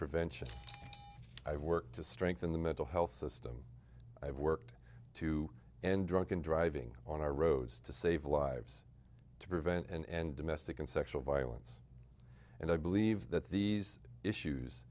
prevention i've worked to strengthen the mental health system i've worked to and drunken driving on our roads to save lives to prevent and domestic and sexual violence and i believe that these issues